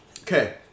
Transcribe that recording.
Okay